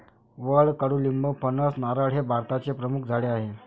वड, कडुलिंब, फणस, नारळ हे भारताचे प्रमुख झाडे आहे